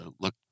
look